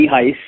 Heist